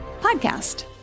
podcast